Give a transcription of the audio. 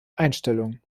einstellung